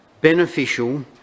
beneficial